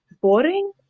boring